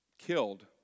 killed